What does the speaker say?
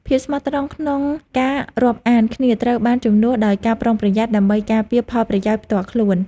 ភាពស្មោះត្រង់ក្នុងការរាប់អានគ្នាត្រូវបានជំនួសដោយការប្រុងប្រយ័ត្ន ដើម្បីការពារផលប្រយោជន៍ផ្ទាល់ខ្លួន។